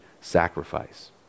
sacrifice